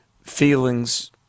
feelings